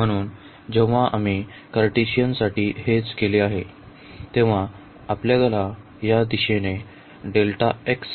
म्हणून जेव्हा आम्ही कार्टेशियन साठी हेच केले आहे तेव्हा आपल्याला या दिशेने Δx